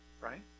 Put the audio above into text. right